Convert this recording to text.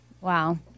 Wow